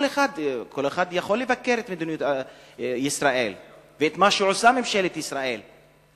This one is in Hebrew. כל אחד יכול לבקר את מדיניות ישראל ואת מה שממשלת ישראל עושה,